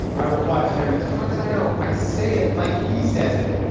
i reply to him as far as i know. i say it like he says it,